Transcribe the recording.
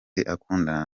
akundana